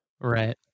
Right